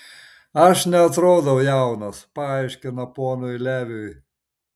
aš neatrodau jaunas paaiškina ponui leviui